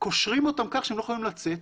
קושרים אותם כך שהם לא יכולים לצאת.